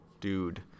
dude